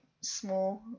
small